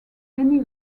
many